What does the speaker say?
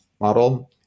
model